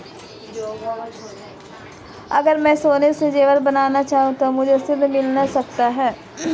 अगर मैं सोने के ज़ेवर बनाना चाहूं तो मुझे ऋण मिल सकता है?